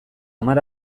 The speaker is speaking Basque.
hamar